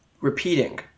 repeating